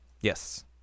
yes